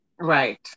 Right